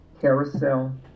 Carousel